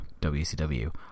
WCW